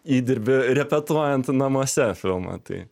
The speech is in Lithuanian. įdirbį repetuojant namuose filmą tai